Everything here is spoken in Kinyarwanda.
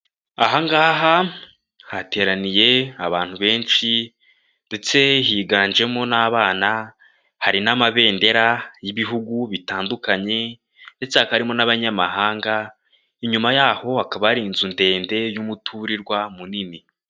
Aha ngaha hateraniye abantu benshi, ndetse higanjemo n'abana, hari n'amabendera y'ibihugu bitandukanye, ndetse hakaba harimo n'abanyamahanga, inyuma yaho hakaba hari inzu ndende, y'umuturirwa munini.